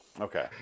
Okay